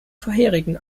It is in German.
vorherigen